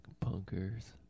punkers